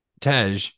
Tej